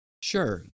Sure